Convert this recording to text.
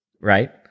right